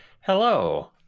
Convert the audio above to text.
Hello